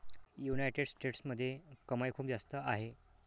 United स्टेट्समध्ये कमाई खूप जास्त आहे